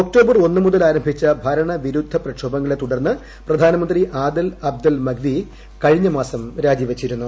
October ഒന്ന് മുതൽ ആരംഭിച്ച ഭരണ വിരുദ്ധ പ്രക്ഷോഭങ്ങളെ തുടർന്ന് പ്രധാനമന്ത്രി ആദെൽ അബ്ദൽ മഹ്ദി കഴിഞ്ഞ മാസം രാജിവച്ചിരുന്നു